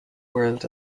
world